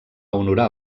honorar